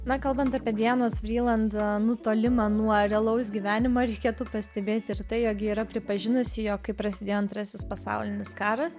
na kalbant apie dianos vriland nutolimą nuo realaus gyvenimo reikėtų pastebėti ir tai jog ji yra pripažinusi jog kai prasidėjo antrasis pasaulinis karas